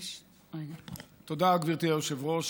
תודה, גברתי היושבת-ראש.